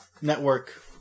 network